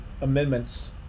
amendments